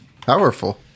powerful